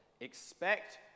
expect